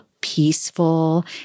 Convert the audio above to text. peaceful